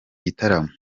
gitaramo